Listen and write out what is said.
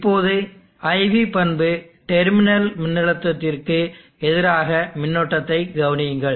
இப்போது IV பண்பு terminal மின்னழுத்தம் vt க்கு எதிராக மின்னோட்டத்தை கவனியுங்கள்